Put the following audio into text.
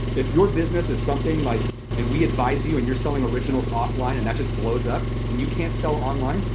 if your business is something like and we advise you and you're selling originals offline and that just blows up and you can't sell online,